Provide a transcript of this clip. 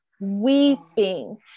weeping